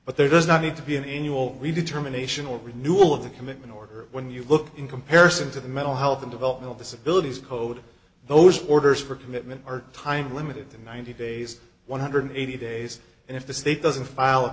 but there does not need to be an annual we determine ational renewal of the commitment order when you look in comparison to the mental health the developmental disabilities code those orders for commitment are time limited to ninety days one hundred eighty days and if the state doesn't file a